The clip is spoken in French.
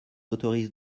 autorise